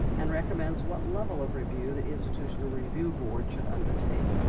and recommends what level of review the institutional review board should undertake.